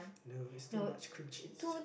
no it's too much cream cheese